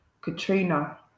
Katrina